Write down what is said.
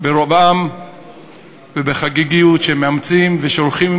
ברוב עם ובחגיגיות שהם מאמצים והולכים